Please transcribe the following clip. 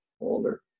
older